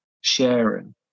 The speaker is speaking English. sharing